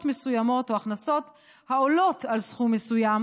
מסוימות או הכנסות העולות על סכום מסוים,